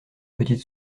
petite